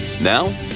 Now